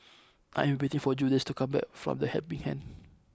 I am waiting for Julious to come back from The Helping Hand